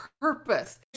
purpose